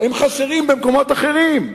הם חסרים במקומות אחרים.